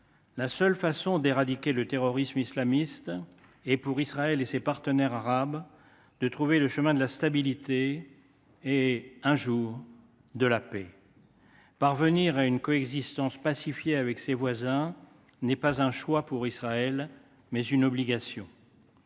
la seule façon d’éradiquer le terrorisme islamiste est, pour Israël et ses partenaires arabes, de trouver le chemin de la stabilité et, un jour, de la paix. Parvenir à une coexistence pacifiée avec ses voisins est pour Israël non pas un choix, mais une obligation.